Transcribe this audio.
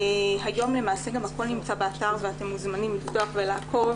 היום למעשה גם הכול נמצא באתר ואתם מוזמנים לפתוח ולעקוב.